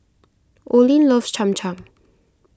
Oline loves Cham Cham